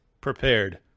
prepared